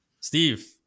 Steve